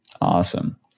Awesome